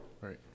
right